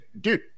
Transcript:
dude